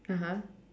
(uh huh)